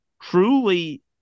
truly